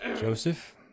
Joseph